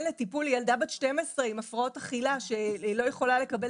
טיפול לילדה בת 12 עם הפרעות אכילה שלא יכולה לקבל